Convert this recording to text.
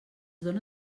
dóna